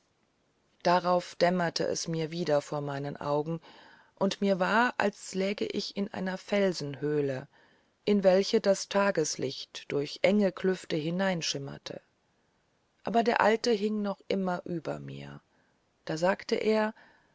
darauf dämmerte mir es wieder vor meinen augen und mir war als läge ich in einer felsenhöhle in welche das tageslicht durch enge klüfte hineinschimmerte aber der alte hing noch immer über mir da sagte er